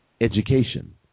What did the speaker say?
education